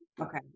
Okay